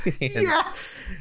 yes